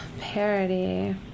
parody